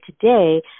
today